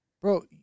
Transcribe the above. Bro